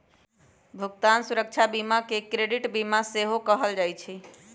भुगतान सुरक्षा बीमा के क्रेडिट बीमा सेहो कहल जाइ छइ